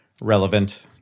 relevant